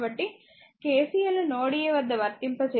కాబట్టి KCL ను node a వద్ద వర్తింపచేస్తే i1 i2 i3